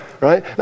right